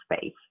space